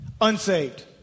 unsaved